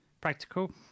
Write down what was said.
Practical